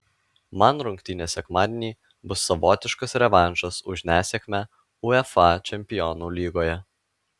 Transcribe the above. man rungtynės sekmadienį bus savotiškas revanšas už nesėkmę uefa čempionų lygoje